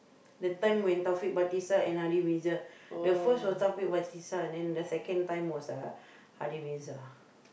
the time when Taufik-Batisah and Hady-Mirza the first was Taufik-Batisah and then the second time was uh Hady-Mirza